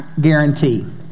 guarantee